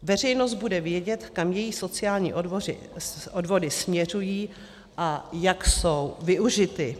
Veřejnost bude vědět, kam její sociální odvody směřují a jak jsou využity.